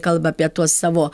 kalba apie tuos savo